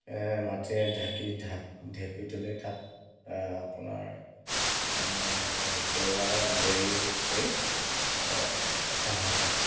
মাটিৰে ঢাকি ঢ ঢেপি তুলি তাত আপোনাৰ জেওৰাৰে বেৰি থৈ অহা হয়